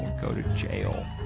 go to jail.